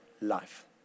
life